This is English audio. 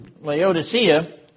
Laodicea